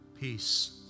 peace